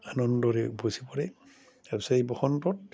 আনন্দৰে উপচি পৰে তাৰপিছত এই বসন্তত